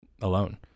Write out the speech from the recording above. alone